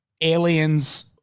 aliens